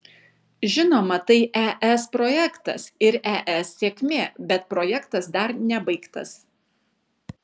žinoma tai es projektas ir es sėkmė bet projektas dar nebaigtas